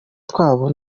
twabo